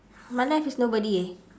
my left is nobody eh